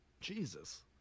Jesus